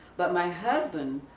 but my husband,